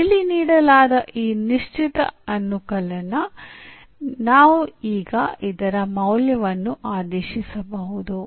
ಇಲ್ಲಿ ನೀಡಲಾದ ಈ ನಿಶ್ಚಿತ ಅನುಕಲನ ನಾವು ಈಗ ಇದರ ಮೌಲ್ಯವನ್ನು ಆದೇಶಿಸಬಹುದು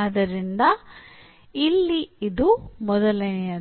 ಆದ್ದರಿಂದ ಇಲ್ಲಿ ಇದು ಮೊದಲನೆಯದು